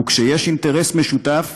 וכשיש אינטרס משותף,